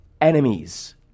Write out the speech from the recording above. enemies